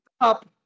up